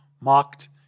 mocked